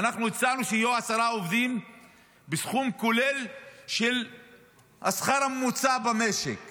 ואנחנו הצענו שיהיו עשרה עובדים בסכום כולל של השכר הממוצע במשק